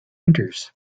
winters